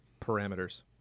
Parameters